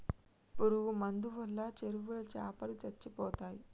పురుగు మందు వాళ్ళ చెరువులో చాపలో సచ్చిపోతయ్